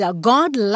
God